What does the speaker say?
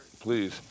Please